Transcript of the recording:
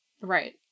Right